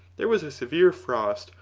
there was a severe frost,